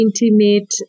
intimate